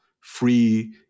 free